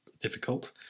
difficult